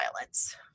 violence